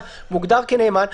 קדימה לוועדה.